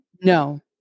No